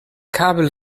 kabel